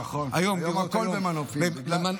נכון, היום הכול במנופים, בגלל הקומות הגבוהות.